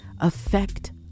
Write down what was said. affect